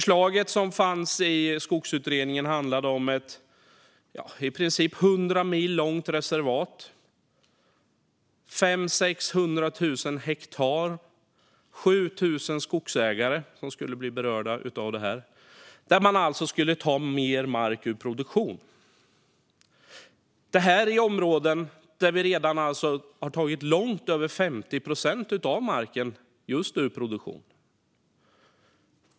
Skogsutredningens förslag handlade om ett i princip 100 mil långt reservat, 500 000-600 000 hektar och 7 000 berörda skogsägare. Man skulle alltså ta mer mark ur produktion. Detta är områden där vi redan har tagit långt över 50 procent av marken ur produktion.